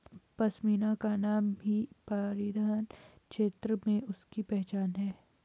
पशमीना का नाम ही परिधान क्षेत्र में उसकी पहचान है